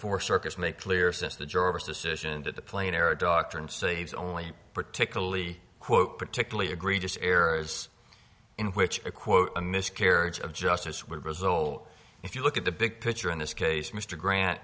for circus make clear since the jurors decision that the plane or a doctor and saves only particularly quote particularly egregious errors in which a quote a miscarriage of justice would result if you look at the big picture in this case mr grant